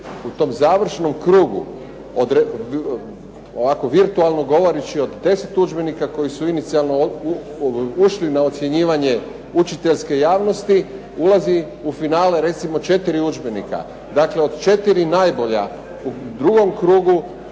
U tom završnom krugu, ovako virtualno govoreći od 10 udžbenika koji su inicijalno ušli na ocjenjivanje učiteljske javnosti, ulazi u finale recimo četiri udžbenika. Dakle, od četiri najbolja u drugom krugu